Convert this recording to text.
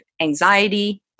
anxiety